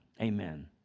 amen